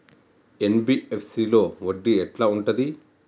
NBFC లో వడ్డీ ఎట్లా ఉంటది?